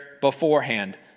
beforehand